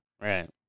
Right